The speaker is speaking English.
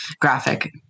graphic